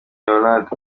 eulade